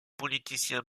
politicien